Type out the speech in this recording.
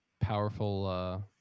powerful